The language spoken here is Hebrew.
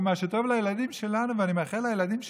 ומה שטוב לילדים שלנו ואני מאחל לילדים שלנו,